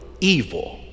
evil